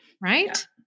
right